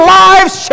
lives